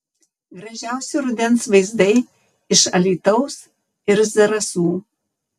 gražiausi rudens vaizdai iš alytaus ir zarasų